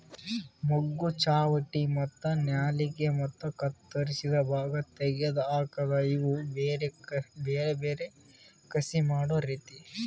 ಮೊಗ್ಗು, ಚಾವಟಿ ಮತ್ತ ನಾಲಿಗೆ ಮತ್ತ ಕತ್ತುರಸಿದ್ ಭಾಗ ತೆಗೆದ್ ಹಾಕದ್ ಇವು ಬೇರೆ ಬೇರೆ ಕಸಿ ಮಾಡೋ ರೀತಿ